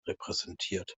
repräsentiert